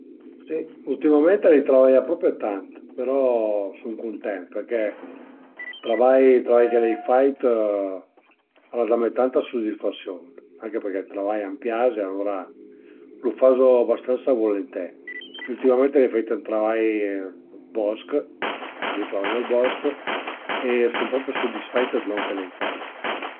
Si ültimament l'ai travaià propi tant, però sun cuntent perché travai travai che l'ai fait al a dame tanta sudisfasiun anche perché ël travai a m'pias e alura lu fazu bastansa vulenté. Ültimament l'ai fait ün travai dë bosch, perché mi travaiu ël bosch e sun propi sudisfati dë lon che l'ai fait